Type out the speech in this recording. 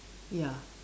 ya